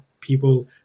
people